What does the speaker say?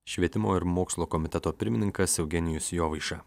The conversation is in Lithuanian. švietimo ir mokslo komiteto pirmininkas eugenijus jovaiša